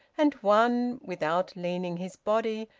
and one, without leaning his body,